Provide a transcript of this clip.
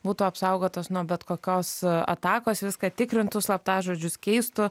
būtų apsaugotas nuo bet kokios atakos viską tikrintų slaptažodžius keistų